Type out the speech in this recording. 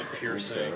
piercing